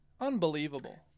Unbelievable